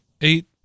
eight